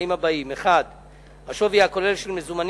התנאים הבאים: 1. השווי הכולל של מזומנים,